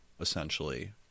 essentially